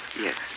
Yes